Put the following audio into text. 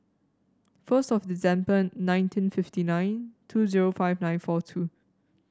first of December nineteen fifty one two zero five nine four two